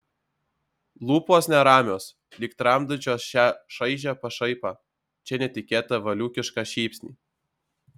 lūpos neramios lyg tramdančios čia šaižią pašaipą čia netikėtą valiūkišką šypsnį